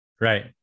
Right